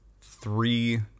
three